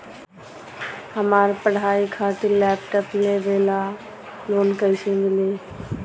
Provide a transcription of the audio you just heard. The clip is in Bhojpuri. हमार पढ़ाई खातिर लैपटाप लेवे ला लोन कैसे मिली?